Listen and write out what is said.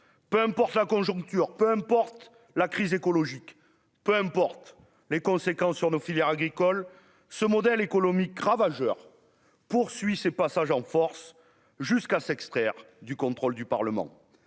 peu importe la conjoncture, peu importe la crise écologique, peu importe les conséquences sur nos filières agricoles ce modèle économique ravageurs poursuit ses passages en force jusqu'à s'extraire du contrôle du Parlement,